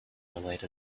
relate